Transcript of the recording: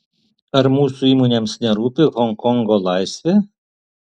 ar mūsų įmonėms nerūpi honkongo laisvė